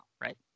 right